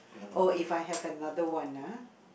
oh if I have another one ah